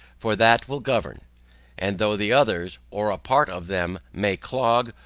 for that will govern and though the others, or a part of them, may clog,